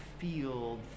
field